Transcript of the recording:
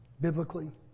Biblically